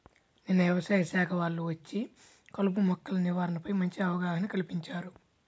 నిన్న యవసాయ శాఖ వాళ్ళు వచ్చి కలుపు మొక్కల నివారణపై మంచి అవగాహన కల్పించారు